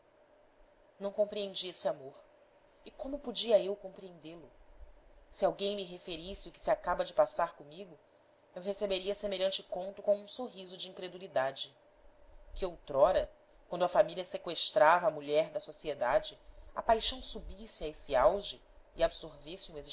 não compreendi esse amor e como podia eu com preendê lo se alguém me referisse o que se acaba de passar comigo eu receberia semelhante conto com um sorriso de incredulidade que outrora quando a família seqüestrava a mulher da sociedade a paixão subisse a esse auge e absorvesse